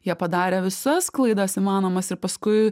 jie padarė visas klaidas įmanomas ir paskui